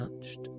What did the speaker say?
touched